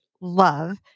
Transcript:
love